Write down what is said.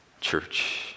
church